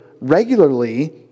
regularly